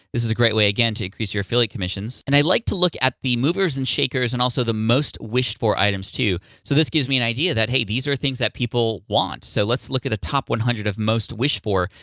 this is a great way, again, to increase your affiliate commissions. and i like to look at the movers and shakers and also the most wished for items, too. so this gives me an idea that, hey, these are things that people want. so let's look at the top one hundred of most wished for.